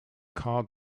called